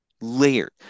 layered